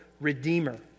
redeemer